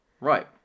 Right